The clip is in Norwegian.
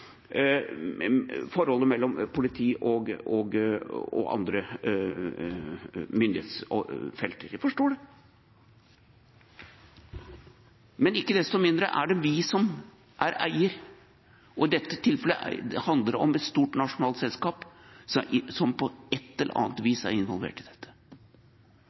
og andre myndighetsfelter – jeg forstår det. Men ikke desto mindre er det vi som er eier, og i dette tilfellet handler det om et stort nasjonalt selskap, som på et eller annet vis er involvert i dette.